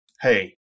hey